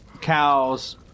cows